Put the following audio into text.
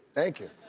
thank you,